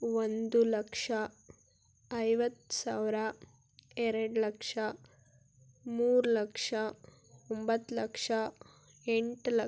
ಒಂದು ಲಕ್ಷ ಐವತ್ತು ಸಾವಿರ ಎರಡು ಲಕ್ಷ ಮೂರು ಲಕ್ಷ ಒಂಬತ್ತು ಲಕ್ಷ ಎಂಟು ಲಕ್ಷ